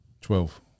Twelve